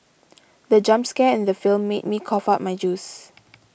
the jump scare in the film made me cough out my juice